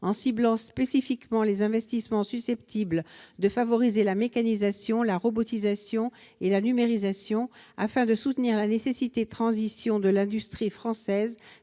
en ciblant spécifiquement les investissements susceptibles de favoriser la mécanisation, la robotisation et la numérisation, afin de soutenir la nécessaire transition de l'industrie française